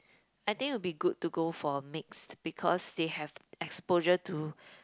I think it would be good to go for mixed because they have exposure to